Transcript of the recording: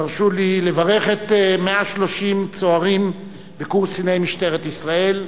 הרשו לי לברך את 130 הצוערים בקורס קציני משטרת ישראל.